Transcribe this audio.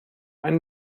einen